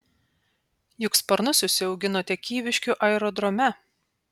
juk sparnus užsiauginote kyviškių aerodrome